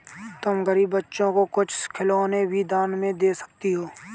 तुम गरीब बच्चों को कुछ खिलौने भी दान में दे सकती हो